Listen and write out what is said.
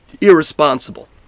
irresponsible